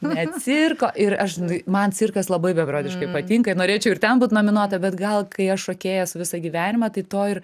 ne cirko ir aš man cirkas labai beprotiškai patinka norėčiau ir ten būt nominuota bet gal kai aš šokėja esu visą gyvenimą tai to ir